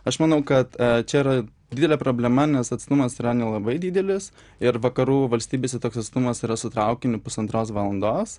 aš manau kad čia yra didelė problema nes atstumas yra nelabai didelis ir vakarų valstybėse toks atstumas yra su traukiniu pusantros valandos